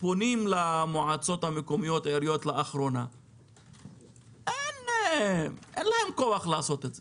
פונים למועצות המקומיות ולעיריות לאחרונה ואין להם כוח לעשות את זה.